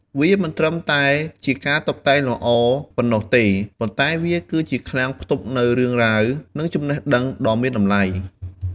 វាមិនត្រឹមតែជាការតុបតែងលម្អប៉ុណ្ណោះទេ ប៉ុន្តែវាគឺជាឃ្លាំងផ្ទុកនូវរឿងរ៉ាវ និងចំណេះដឹងដ៏មានតម្លៃ។